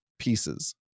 pieces